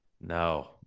No